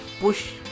push